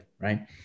right